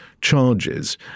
charges